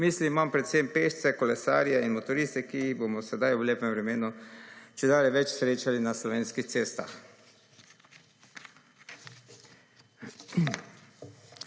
mislih imam predvsem pešce, kolesarje in motoriste, ki jih bomo sedaj v lepem vremenu čedalje več srečali na slovenskih cestah.